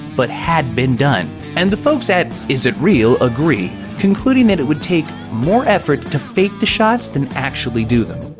but had been done. and the folks at is it real agree, concluding that it would be more effort to fake the shots than actually do them.